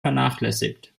vernachlässigt